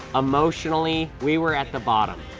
emotionally. we were at the bottom.